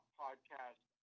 podcast